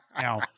Now